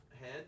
head